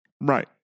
right